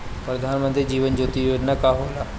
प्रधानमंत्री जीवन ज्योति बीमा योजना का होला?